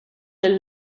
del